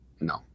No